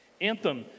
Anthem